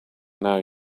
now